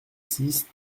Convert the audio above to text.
six